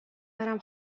برم